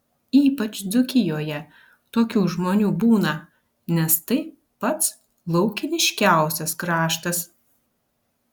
ypač dzūkijoje tokių žmonių būna nes tai pats laukiniškiausias kraštas